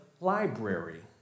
library